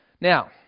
Now